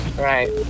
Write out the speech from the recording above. Right